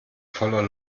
voller